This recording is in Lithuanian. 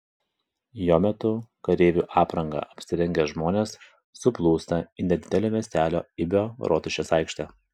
jo metu kareivių apranga apsirengę žmonės suplūsta į nedidelio miestelio ibio rotušės aikštę